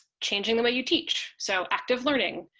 changing the way you teach so active learning